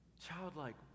childlike